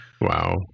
Wow